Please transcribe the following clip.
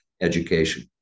education